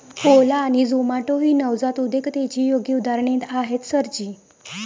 ओला आणि झोमाटो ही नवजात उद्योजकतेची योग्य उदाहरणे आहेत सर जी